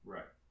Right